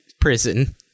prison